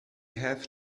have